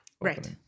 Right